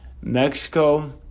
Mexico